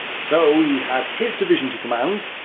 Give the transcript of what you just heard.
so, he had his division to command,